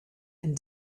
and